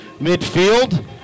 midfield